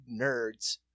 nerds